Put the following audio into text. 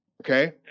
Okay